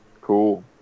Cool